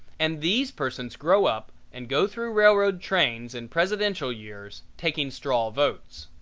and these persons grow up and go through railroad trains in presidential years taking straw votes.